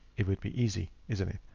it would be easy, isn't it,